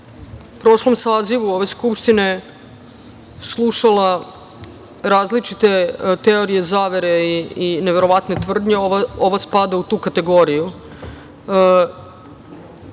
prošlom sazivu ove Skupštine slušala različite teorije zavere i neverovatne tvrdnje. Ovo spada u tu kategoriju.